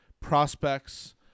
prospects